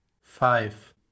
five